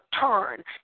turn